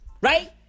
right